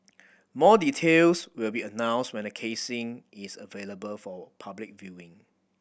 more details will be announced when the casing is available for public viewing